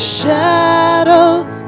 shadows